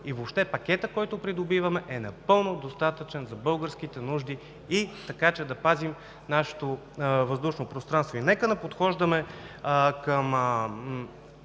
и въобще пакетът, който придобиваме, е напълно достатъчен за българските нужди, така че да пазим нашето въздушно пространство. Нека да не подхождаме към